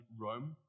Rome